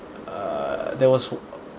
uh there was w~